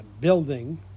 building